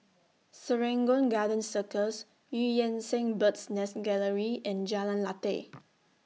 Serangoon Garden Circus EU Yan Sang Bird's Nest Gallery and Jalan Lateh